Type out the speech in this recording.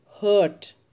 hurt